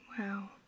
Wow